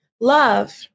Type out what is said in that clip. Love